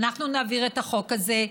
ואנחנו נעביר את החוק הזה.